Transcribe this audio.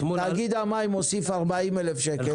תאגיד המים מוסיף 40,000 שקל,